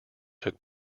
took